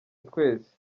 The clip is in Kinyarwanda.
twese